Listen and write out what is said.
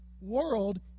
world